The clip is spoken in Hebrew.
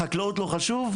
החקלאות זה לא נושא חשוב?